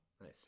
Nice